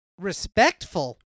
Respectful